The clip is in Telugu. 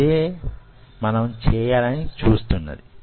ఇదే మనం చేయాలని చూస్తున్నది